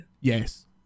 yes